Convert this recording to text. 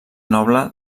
noble